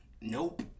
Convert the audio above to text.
Nope